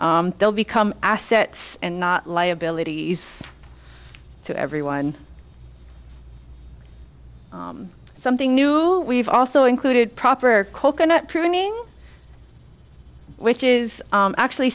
they'll become assets and not liabilities to everyone something new we've also included proper coconut pruning which is actually